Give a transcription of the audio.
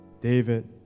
David